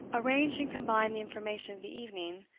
arranged and combined the information of the evening,